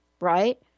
right